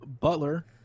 Butler